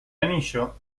anillo